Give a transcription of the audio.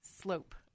slope